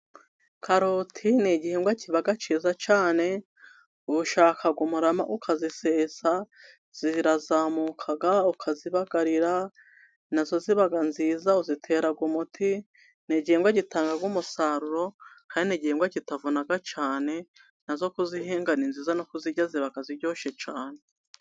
Karoti ni igihingwa kiba cyiza cyane, ushaka umurama ukazisesa, zirazamuka ukazibagarira, nazo ziba nziza uzitera umuti, ni igihingwa gitanga umusaruro, kandi ni igihingwa kitavuna cyane, nazo kuzihinga no kuzirya ziba bakaziryoshye cyane.